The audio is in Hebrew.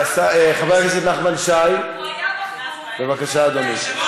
חבר הכנסת נחמן שי, בבקשה, אדוני.